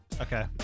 Okay